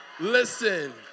Listen